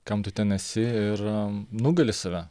kam tu ten esi ir nugali save